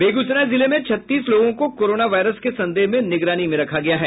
बेगूसराय जिले में छत्तीस लोगों को कोरोना वायरस के संदेह में निगरानी में रखा गया है